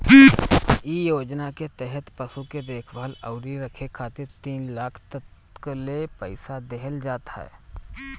इ योजना के तहत पशु के देखभाल अउरी रखे खातिर तीन लाख तकले पईसा देहल जात ह